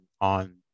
on